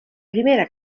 primera